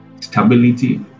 stability